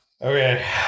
Okay